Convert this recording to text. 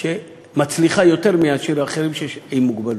שמצליחה יותר מאנשים אחרים עם מוגבלויות.